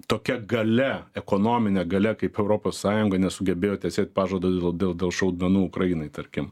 tokia galia ekonominė galia kaip europos sąjunga nesugebėjo tesėt pažado dėl dėl šaudmenų ukrainai tarkim